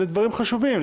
אלה דברים חשובים,